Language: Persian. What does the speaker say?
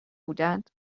بودند